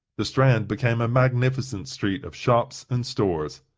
the strand became a magnificent street of shops and stores.